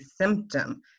symptom